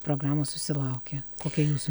programos susilaukė kokia jūsų